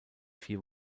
vier